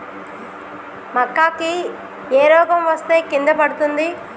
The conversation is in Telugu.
మక్కా కి ఏ రోగం వస్తే కింద పడుతుంది?